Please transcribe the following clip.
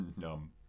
Numb